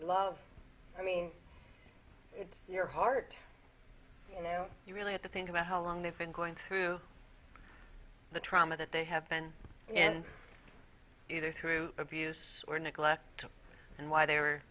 love i mean your heart you really have to think about how long they've been going through the trauma that they have been in either through abuse or neglect and why they were